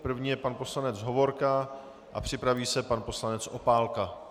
První je pan poslanec Hovorka a připraví se pan poslanec Opálka.